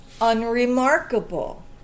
unremarkable